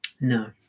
No